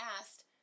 asked